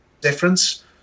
difference